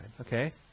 Okay